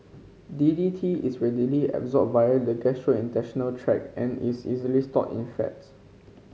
D D T is readily absorbed via the gastrointestinal tract and is easily stored in fats